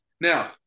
Now